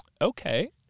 okay